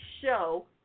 show